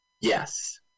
yes